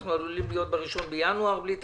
אנחנו עלולים להיות ב-1 בינואר בלי תקציב.